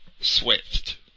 Swift